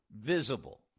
visible